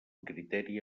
criteri